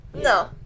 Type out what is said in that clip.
No